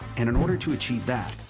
and in order to achieve that,